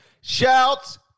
Shouts